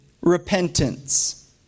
repentance